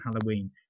Halloween